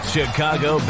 Chicago